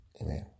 Amen